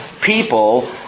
people